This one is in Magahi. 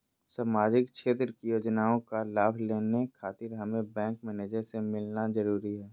सामाजिक क्षेत्र की योजनाओं का लाभ लेने खातिर हमें बैंक मैनेजर से मिलना जरूरी है?